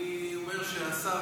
אני אומר שהשר,